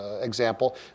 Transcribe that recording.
example